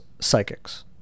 psychics